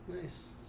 Nice